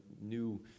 new